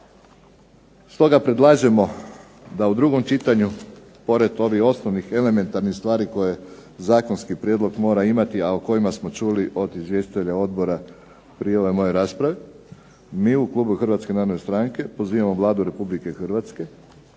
Stoga predlažemo da u drugom čitanju pored ovih osnovnih elementarnih stvari koje zakonski prijedlog mora imati, a o kojima smo čuli od izvjestitelja odbora prije ove moje rasprave, mi u klubu HNS-HSU-a pozivamo Vladu RH da